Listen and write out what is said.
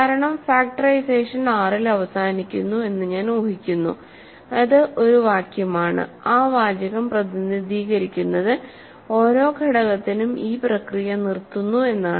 കാരണം factorisation R ൽ അവസാനിക്കുന്നു എന്ന് ഞാൻ ഊഹിക്കുന്നു അത് ഒരു വാക്യമാണ് ആ വാചകം പ്രതിനിധീകരിക്കുന്നത് ഓരോ ഘടകത്തിനും ഈ പ്രക്രിയ നിർത്തുന്നു എന്നാണ്